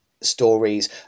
stories